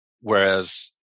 whereas